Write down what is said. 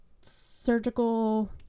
surgical